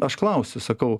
aš klausiu sakau